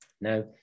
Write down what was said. Now